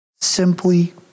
simply